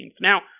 Now